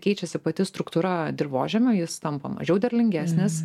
keičiasi pati struktūra dirvožemio jis tampa mažiau derlingesnis